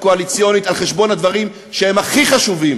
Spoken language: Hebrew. קואליציונית על חשבון הדברים שהם הכי חשובים